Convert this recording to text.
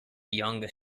yonge